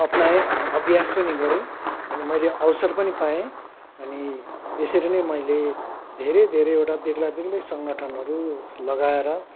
अपनाएँ अनि अभ्यास पनि गरेँ अनि मैले अवसर पनि पाएँ अनि यसरी नै मैले धेरै धेरैवटा बेग्ला बेग्लै सङ्गठनहरू लगाएर